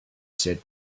said